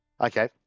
okay